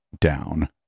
down